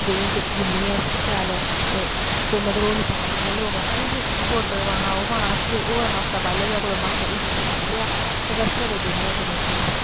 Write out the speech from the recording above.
देहीं च गुन्नियै उसी शैल ते कोई ओह् निं पाना जि'यां लोग आखदे नी बेकिंग पौडर पाना ओह् पाना अस जे होऐ मास्सा पाई लेआ जे इस्ट पाई लेआ नेंई ता छड़े देहिंयैं च गुन्नने अस